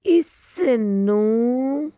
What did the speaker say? ਇਸ ਨੂੰ